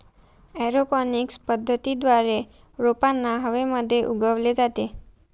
aeroponics पद्धतीद्वारे रोपांना हवेमध्ये उगवले जाते